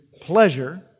pleasure